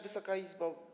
Wysoka Izbo!